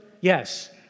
yes